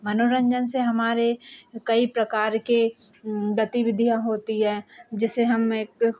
मनोरन्जन से हमारे कई प्रकार की गतिविधियाँ होती हैं जिससे हम एक